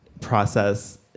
process